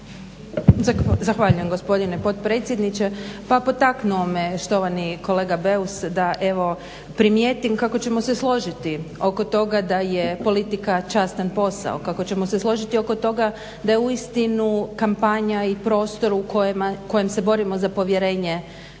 Zahvaljujem gospodine potpredsjedniče. Pa potaknuo me štovani kolega Beus da evo primijetim kako ćemo se složiti oko toga da je politika častan posao, kako ćemo se složiti oko toga da je uistinu kampanja i prostor u kojem se borimo za povjerenje naših